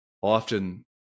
Often